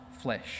flesh